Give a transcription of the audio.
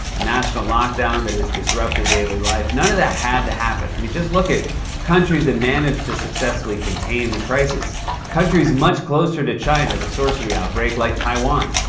a national lockdown that has disrupted daily life none of that had to happen. i mean, just look at countries that managed to successfully contain the crisis countries much closer to china, the source of the outbreak, like taiwan.